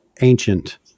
ancient